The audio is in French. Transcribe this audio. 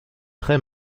très